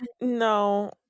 No